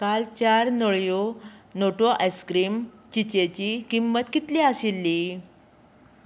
काल चार नळयो नोटो आइस्क्रीम चींचेची किंमत कितली आशिल्ली